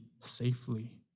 safely